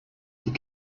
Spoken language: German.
die